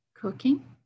cooking